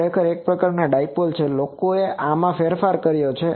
ખરેખર આ પ્રકારનો એક ડાઈપોલ છે લોકોએ આમાં ફેરફાર કર્યો છે